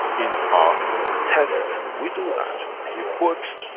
in our tests, we do that, we put.